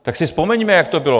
Tak si vzpomeňme, jak to bylo.